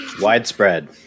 Widespread